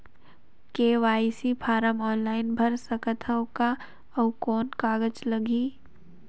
KYC form online भर सकत हवं का? अउ कौन कागज लगही?